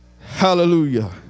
Hallelujah